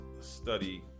study